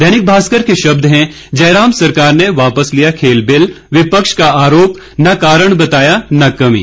दैनिक भास्कर के शब्द हैं जयराम सरकार ने वापस लिया खेल बिल विपक्ष का आरोप न कारण बताया न कमी